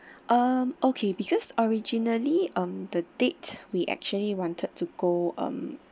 um okay because originally um the date we actually wanted to go um